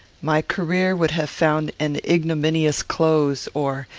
my career would have found an ignominious close or,